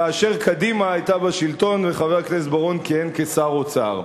כאשר קדימה היתה בשלטון וחבר הכנסת בר-און כיהן כשר אוצר.